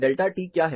delta T क्या है